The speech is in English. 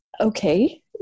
okay